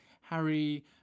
Harry